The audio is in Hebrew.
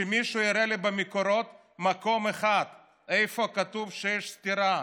שמישהו יראה לי במקורות מקום אחד שכתוב בו שיש סתירה